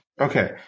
Okay